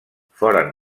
foren